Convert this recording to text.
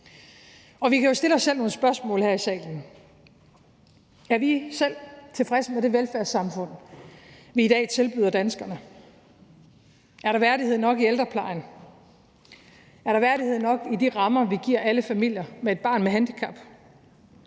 Vi kan jo stille os selv nogle spørgsmål her i salen: Er vi selv tilfredse med det velfærdssamfund, vi i dag tilbyder danskerne? Er der værdighed nok i ældreplejen? Er der værdighed nok i de rammer, vi giver alle familier med et barn med handicap?